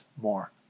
more